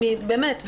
באמת,